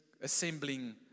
assembling